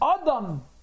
Adam